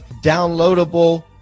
downloadable